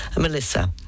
melissa